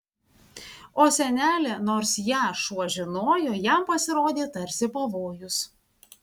o senelė nors ją šuo žinojo jam pasirodė tarsi pavojus